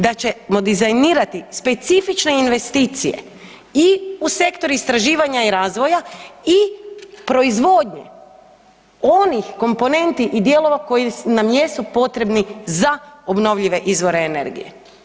Da ćemo dizajnirati specifične investicije i u sektor istraživanja i razvoja i proizvodnje onih komponenti i dijelova koji nam jesu potrebni za obnovljive izvore energije.